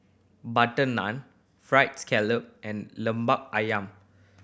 butter naan Fried Scallop and Lemper Ayam